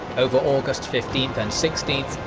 over august fifteenth and sixteenth,